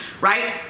right